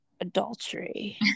adultery